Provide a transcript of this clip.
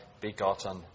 begotten